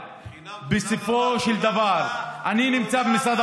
כל ילד יקבל בדיקת אנטיגן בבית,